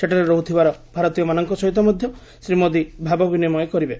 ସେଠାରେ ରହୁଥିବାର ଭାରତୀୟମାନଙ୍କ ସହିତ ମଧ୍ୟ ଶ୍ରୀ ମୋଦି ଭାବ ବିନିମୟ କରିବେ